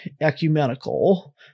ecumenical—